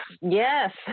Yes